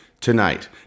tonight